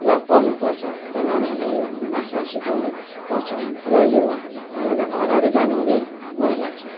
र पढ्नु पर्छ र नानीहरूलाई यो भाषा सिकाउनु पर्छ र यो हराए हराएर जानु हुँदैन मलाई लाग्छ